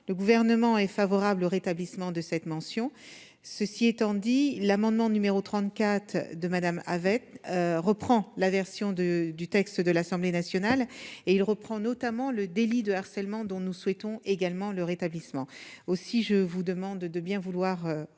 le gouvernement est favorable au rétablissement de cette mention, ceci étant dit, l'amendement numéro 34 de Madame avec reprend la version 2 du texte de l'Assemblée nationale et il reprend notamment le délit de harcèlement dont nous souhaitons également le rétablissement aussi je vous demande de bien vouloir retirer